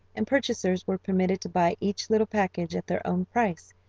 and purchasers were permitted to buy each little package at their own price,